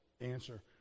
answer